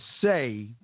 say